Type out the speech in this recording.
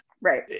Right